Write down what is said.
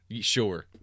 Sure